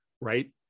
right